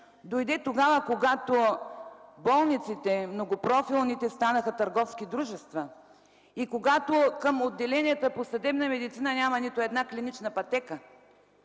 дойде тогава, когато многопрофилните болници станаха търговски дружества и когато към отделенията по съдебна медицина няма нито една клинична пътека.